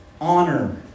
honor